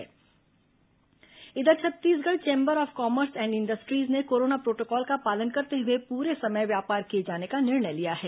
इस बीच Chhattisgarh chamber of commerce and industries ने कोरोना प्रोटोकॉल का पालन करते हुए पूरे समय व्यापार किए जाने का निर्णय लिया है